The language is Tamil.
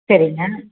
சரிங்க